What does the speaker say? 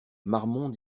marmont